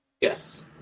Yes